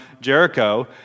Jericho